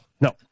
no